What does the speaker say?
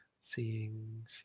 seeing